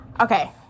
Okay